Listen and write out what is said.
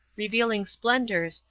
revealing splendours,